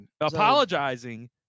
Apologizing